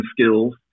skills